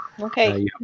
Okay